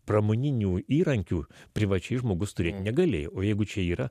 pramoninių įrankių privačiai žmogus turėt negalėjo o jeigu čia yra